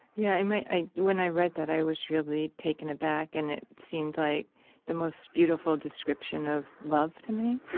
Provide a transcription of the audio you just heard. yeah, in my, i when i read that i was really taken aback, and it seemed like the most beautiful description of love to me.